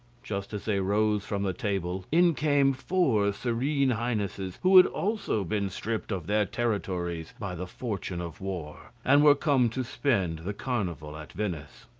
just as they rose from table, in came four serene highnesses, who had also been stripped of their territories by the fortune of war, and were come to spend the carnival at venice.